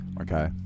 Okay